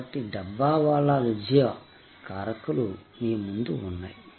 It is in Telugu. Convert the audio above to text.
కాబట్టి డబ్బావాలా విజయ కారకాలు మీ ముందు ఉన్నాయి